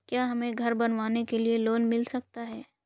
क्या हमें घर बनवाने के लिए लोन मिल सकता है?